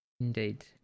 Indeed